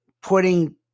putting